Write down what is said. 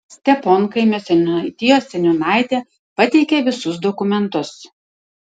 steponkaimio seniūnaitijos seniūnaitė pateikė visus dokumentus